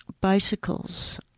bicycles